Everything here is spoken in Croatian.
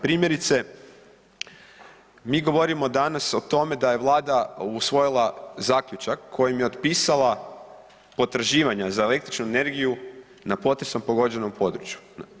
Primjerice, mi govorimo danas o tome da je Vlada usvojila zaključak kojim je otpisala potraživanje za električnu energiju na potresom pogođenom području.